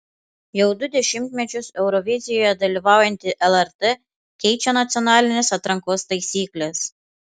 jau du dešimtmečius eurovizijoje dalyvaujanti lrt keičia nacionalinės atrankos taisykles